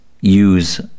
use